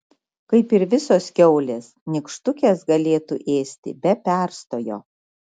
kaip ir visos kiaulės nykštukės galėtų ėsti be perstojo